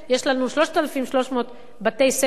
יש לנו 3,300 בתי-ספר,